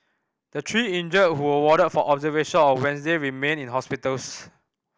the three injured who were warded for observation on Wednesday remain in hospitals